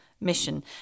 mission